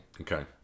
Okay